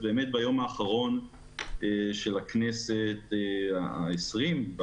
ביום האחרון של הכנסת העשרים,